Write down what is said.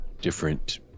different